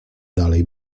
dalej